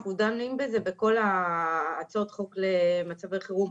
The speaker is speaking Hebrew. דנים בזה בכל הצעות החוק למצבי חירום,